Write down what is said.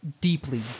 deeply